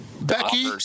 Becky